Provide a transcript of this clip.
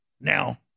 now